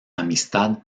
amistad